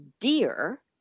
dear